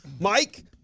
Mike